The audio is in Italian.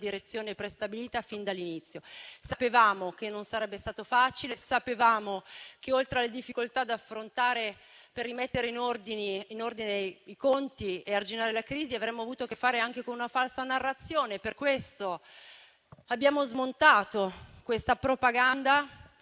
prestabilita fin dall'inizio. Sapevamo che non sarebbe stato facile, sapevamo che oltre alle difficoltà da affrontare per rimettere in ordine i conti e arginare la crisi, avremmo avuto a che fare anche con una falsa narrazione. Per questo abbiamo smontato questa propaganda